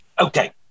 Okay